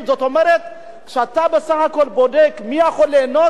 כשאתה בודק מי יכול ליהנות מזה אתה יכול לייצר